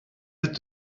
did